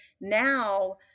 Now